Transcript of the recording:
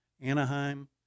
Anaheim